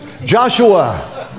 joshua